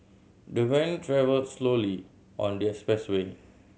the van travelled slowly on the expressway